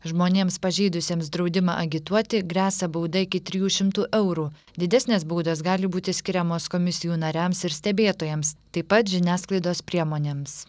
žmonėms pažeidusiems draudimą agituoti gresia bauda iki trijų šimtų eurų didesnės baudos gali būti skiriamos komisijų nariams ir stebėtojams taip pat žiniasklaidos priemonėms